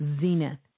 zenith